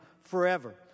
forever